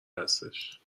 هستش